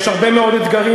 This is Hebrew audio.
יש הרבה מאוד אתגרים,